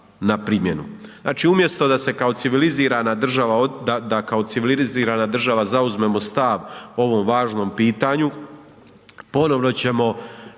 Znači umjesto da kao civilizirana država zauzmemo stav o ovom važnom pitanju, ponovno ćemo